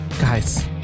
guys